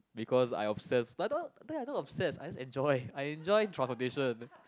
because I upset I thought I thought upset I as enjoy I enjoy transportation